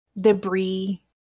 debris